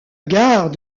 gare